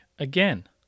Again